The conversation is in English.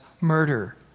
murder